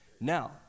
Now